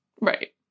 Right